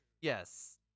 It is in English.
Yes